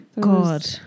God